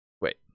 Wait